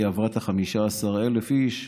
היא עברה את ה-15,000 איש.